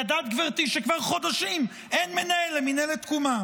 ידעת, גברתי, שכבר חודשים אין מנהל למינהלת תקומה?